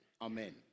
Amen